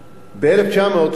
ב-1985,